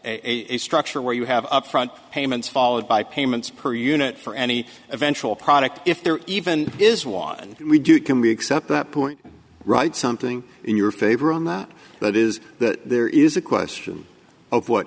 a structure where you have upfront payments followed by payments per unit for any eventual product if there even is one and we do can we accept that point write something in your favor on that that is that there is a question of what